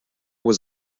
was